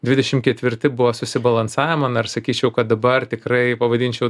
dvidešim ketvirti buvo susibalansavimo na ir sakyčiau kad dabar tikrai pavadinčiau